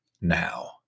now